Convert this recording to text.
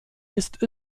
ist